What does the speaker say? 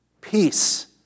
Peace